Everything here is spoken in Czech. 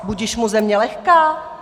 Budiž mu země lehká.